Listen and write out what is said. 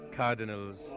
cardinals